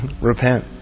Repent